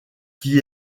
qui